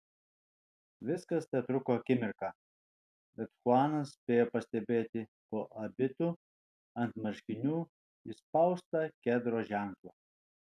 viskas tetruko akimirką bet chuanas spėjo pastebėti po abitu ant marškinių įspaustą kedro ženklą